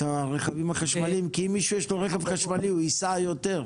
הרכבים החשמליים כי אם מי שיש לו רכב חשמלי הוא ייסע יותר.